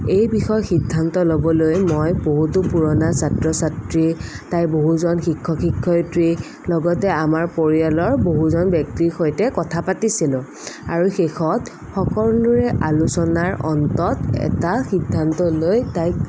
এই বিষয়ে সিদ্ধান্ত ল'বলৈ মই বহুতো পুৰণা ছাত্ৰ ছাত্ৰী তাইৰ বহুজন শিক্ষক শিক্ষয়িত্ৰী লগতে আমাৰ পৰিয়ালৰ বহুজন ব্যক্তিৰ সৈতে কথা পাতিছিলোঁ আৰু শেষত সকলোৰে আলোচনাৰ অন্তত এটা সিদ্ধান্ত লৈ তাইক